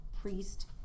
priest